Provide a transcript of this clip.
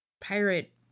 pirate